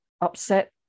upset